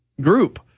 group